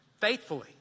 faithfully